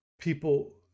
people